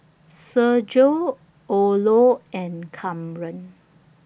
Sergio Orlo and Kamren